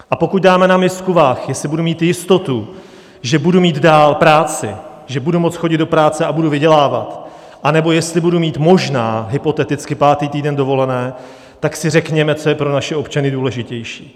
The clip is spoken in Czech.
A pokud dáme na misku vah, jestli budu mít jistotu, že budu mít dál práci, že budu moct chodit do práce a budu vydělávat, anebo jestli budu mít možná hypoteticky pátý týden dovolené, tak si řekněme, co je pro naše občany důležitější.